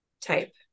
type